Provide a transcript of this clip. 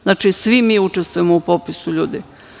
Znači, svi mi učestvujemo u popisu ljudi.